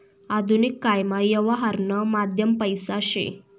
आधुनिक कायमा यवहारनं माध्यम पैसा शे